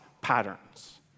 patterns